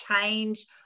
change